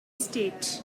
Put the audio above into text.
state